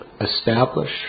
establish